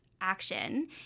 action